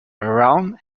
around